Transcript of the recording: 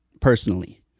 personally